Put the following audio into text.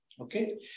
Okay